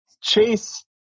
Chase